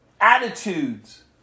attitudes